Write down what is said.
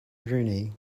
rooney